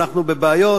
אנחנו בבעיות,